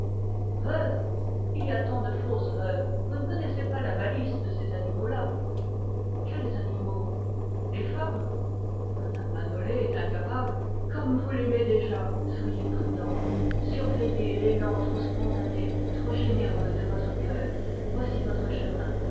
veuve il y a tant de fausses veuves vous ne connaissez pas la malice de ces animaux-là quels animaux les femmes mme manolé est incapable comme vous l'aimez déjà soyez prudent surveillez l'élan trop généreux de votre cœur voici votre chemin